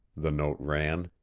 the note ran.